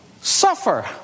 suffer